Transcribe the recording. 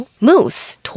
moose